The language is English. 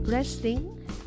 Resting